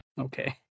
Okay